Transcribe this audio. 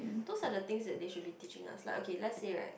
those are the things that they should be teaching us like okay let's say like